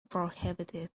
prohibited